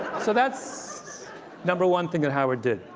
so that's number one thing that howard did.